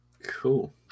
Cool